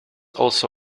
also